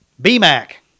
B-Mac